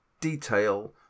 detail